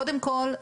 קודם כל,